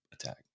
attack